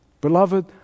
Beloved